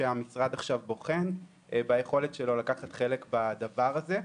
שהמשרד עכשיו בוחן ביכולת שלו לקחת חלק בדבר הזה.